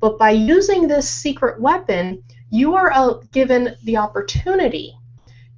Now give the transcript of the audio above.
but by using the secret weapon you are ah given the opportunity